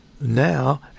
now